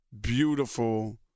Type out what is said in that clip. beautiful